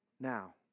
Now